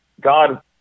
God